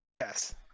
Yes